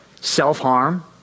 self-harm